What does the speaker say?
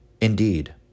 Indeed